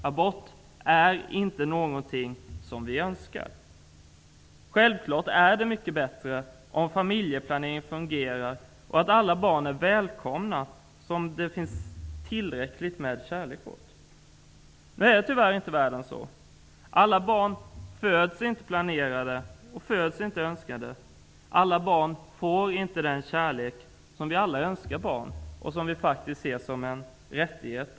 Abort är inte någonting vi önskar. Självfallet är det mycket bättre om familjeplaneringen fungerar, om alla barn är välkomna och om det finns tillräckligt med kärlek åt dem. Nu ser tyvärr inte världen ut så. Alla barn föds inte planerade och önskade. Alla barn får inte den kärlek som vi önskar barn, och som vi faktiskt betraktar som en rättighet.